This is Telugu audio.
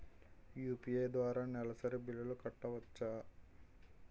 యు.పి.ఐ ద్వారా నెలసరి బిల్లులు కట్టవచ్చా?